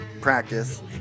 practice